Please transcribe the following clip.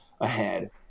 ahead